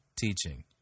teaching